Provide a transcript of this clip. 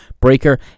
Breaker